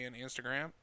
Instagram